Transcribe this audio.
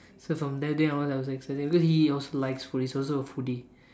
so from that day onwards I was like exercising because he also likes food he's also a foodie